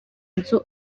inzu